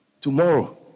tomorrow